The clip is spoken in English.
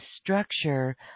structure